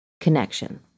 connection